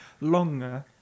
longer